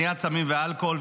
למניעת סמים ואלכוהול,